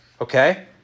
okay